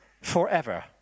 forever